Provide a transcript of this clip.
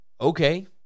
Okay